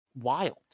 wild